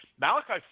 Malachi